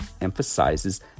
emphasizes